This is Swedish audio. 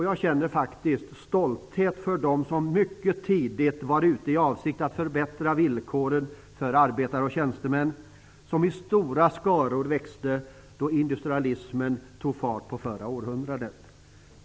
Jag känner faktiskt stolthet över dem som mycket tidigt varit ute i avsikt att förbättra villkoren för arbetare och tjänstemän, som växte i stora skaror då industrialismen tog fart under förra århundrandet.